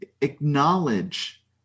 acknowledge